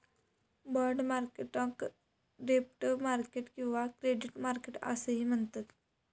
bond मार्केटाक डेब्ट market किंवा क्रेडिट मार्केट असाही म्हणतत